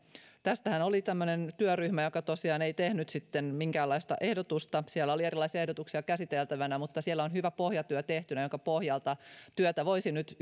tästähän oli tämmöinen työryhmä joka tosiaan ei tehnyt sitten minkäänlaista ehdotusta siellä oli erilaisia ehdotuksia käsiteltävänä mutta siellä on hyvä pohjatyö tehtynä jonka pohjalta työtä voisi nyt